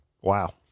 Wow